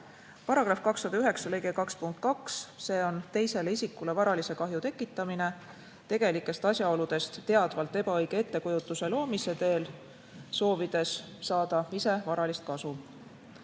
Paragrahv 209 lõige 2, punkt 2 – teisele isikule varalise kahju tekitamine tegelikest asjaoludest teadvalt ebaõige ettekujutuse loomise teel, soovides saada ise varalist kasu.